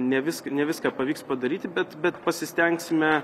ne viską ne viską pavyks padaryti bet bet pasistengsime